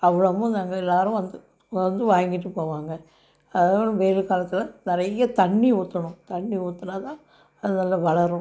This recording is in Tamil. அவ்வளமும் நாங்கள் எல்லோரும் வந்து வந்து வாங்கிட்டு போவாங்க அதோடய வெயில் காலத்தில் நிறைய தண்ணி ஊற்றணும் தண்ணி ஊற்றுனா தான் அது நல்லா வளரும்